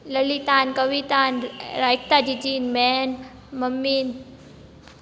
ललितान कवितान राइता जीजी मैं मम्मी